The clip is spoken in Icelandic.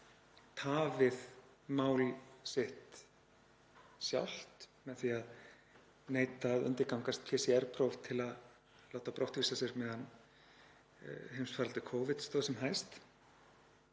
tafið mál sitt sjálft með því að neita að undirgangast PCR–próf til að láta brottvísa sér á meðan heimsfaraldur Covid stóð sem hæst.